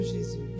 Jesus